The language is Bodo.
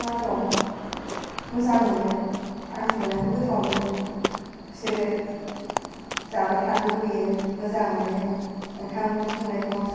बिफा दं मोजां मोनो आं संनायखौ गोथाव मोनो बिसोरो जाबाय थानो लुगैयो मोजां मोनो ओंखाम ओंख्रि संनायखौ